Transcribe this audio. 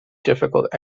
difficult